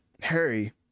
Harry